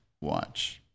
watch